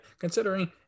considering